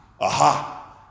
aha